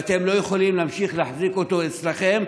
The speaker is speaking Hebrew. ואתם לא יכולים להמשיך להחזיק אותו אצלכם.